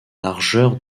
largeur